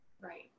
right